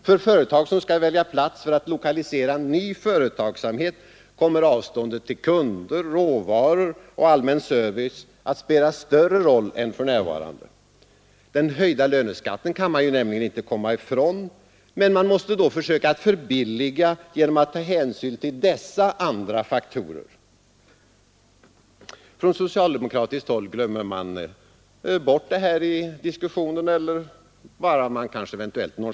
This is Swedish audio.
För företag som skall välja plats för att lokalisera ny företagsamhet kommer avståndet till kunder, råvaror och allmän service att spela större roll än för närvarande. Den höjda löneskatten kan man ju inte komma ifrån, och man måste då försöka förbilliga produktionen genom att ta hänsyn till dessa andra faktorer. Från socialdemokratiskt håll glömmer man bort den här effekten i diskussionen eller nonchalerar den kanske bara.